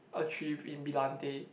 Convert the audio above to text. achieve in brillante